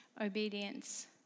obedience